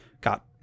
got